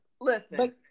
Listen